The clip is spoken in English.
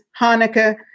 Hanukkah